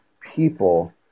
people